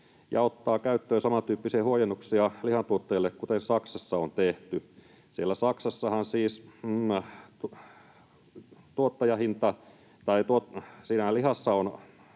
ja ottaa käyttöön samantyyppisiä huojennuksia lihan tuottajille, kuten Saksassa on tehty. Siellä Saksassahan